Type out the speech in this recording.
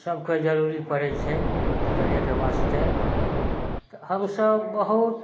सभके जरूरी पड़य छै तैरयके वास्ते तऽ हम सभ बहुत